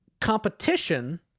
competition